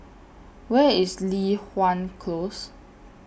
Where IS Li Hwan Close